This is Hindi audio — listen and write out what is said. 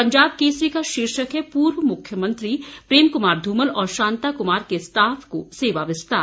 पंजाब केसरी का शीर्षक है पूर्व मुख्यमंत्री प्रेम कुमार धूमल और शांता कुमार के स्टाफ को सेवा विस्तार